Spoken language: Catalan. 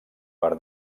per